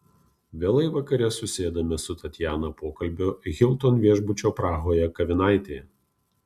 vėlai vakare susėdame su tatjana pokalbio hilton viešbučio prahoje kavinaitėje